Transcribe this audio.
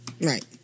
Right